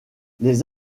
les